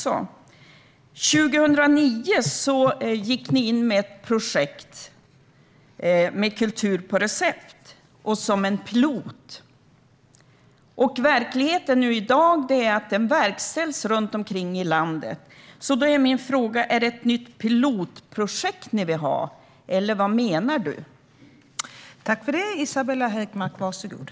År 2009 gick ni in med ett pilotprojekt som handlade om kultur på recept. Verkligheten i dag är att det verkställs runt om i landet. Då är min fråga: Är det ett nytt pilotprojekt ni vill ha, eller vad menar du?